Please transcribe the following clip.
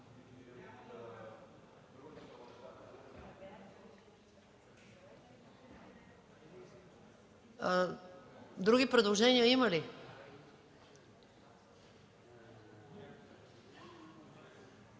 Други предложения има ли?